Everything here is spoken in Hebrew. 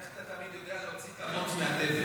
איך אתה תמיד יודע להוציא את המוץ מהתבן.